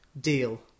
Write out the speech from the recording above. deal